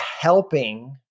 helping